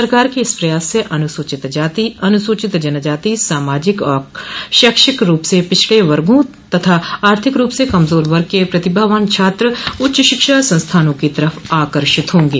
सरकार के इस प्रयास से अनुसूचित जाति अनुसूचित जनजाति सामाजिक और शैक्षिक रूप से पिछड़े वर्गों तथा आर्थिक रूप से कमजोर वर्ग के प्रतिभावान छात्र उच्च शिक्षा संस्थानों की तरफ आकर्षित होंगे